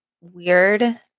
weird